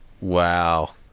Wow